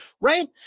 Right